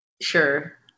Sure